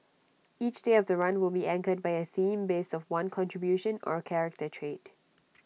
each day of the run will be anchored by A theme based of one contribution or character trait